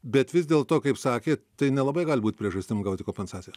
bet vis dėl to kaip sakėt tai nelabai gali būt priežastim gauti kompensaciją